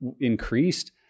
increased